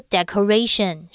Decoration